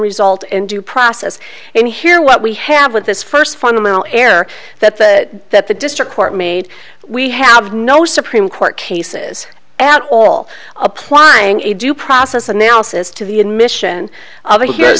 result in due process and here what we have with this first fundamental error that the that the district court made we have no supreme court cases at all applying a due process analysis to the admission of a her